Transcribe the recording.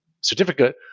certificate